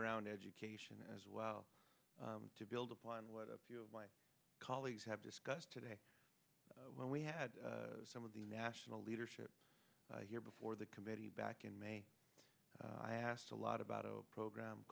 around education as well to build upon what a few of my colleagues have discussed today when we had some of the national leadership here before the committee back in may i asked a lot about a program